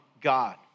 God